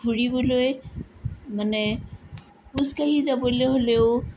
ঘূৰিবলৈ মানে খোজকাঢ়ি যাবলৈ হ'লেও